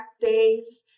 days